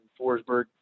Forsberg